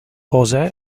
josé